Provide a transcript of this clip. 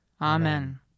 Amen